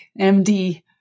MD